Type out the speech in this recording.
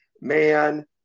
man